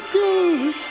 good